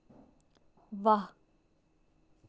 वाह्